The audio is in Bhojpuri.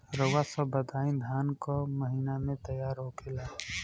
रउआ सभ बताई धान क महीना में तैयार होखेला?